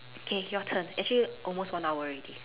okay your turn actually almost one hour already